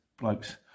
blokes